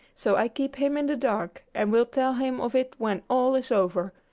so i keep him in the dark, and will tell him of it when all is over.